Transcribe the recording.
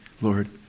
Lord